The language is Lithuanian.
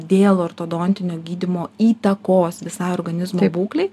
dėl ortodontinio gydymo įtakos visai organizmo būklei